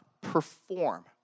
perform